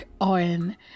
on